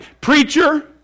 preacher